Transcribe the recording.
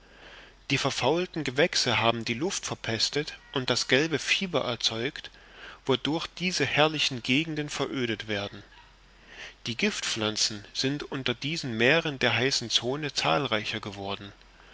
die verfaulten gewächse haben die luft verpestet und das gelbe fieber erzeugt wodurch diese herrlichen gegenden verödet werden die giftpflanzen sind unter diesen meeren der heißen zone zahlreicher geworden